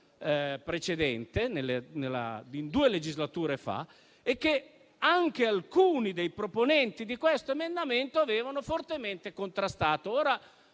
approvata due legislature fa e che anche alcuni dei proponenti di questo emendamento avevano fortemente contrastato.